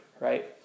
right